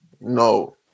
no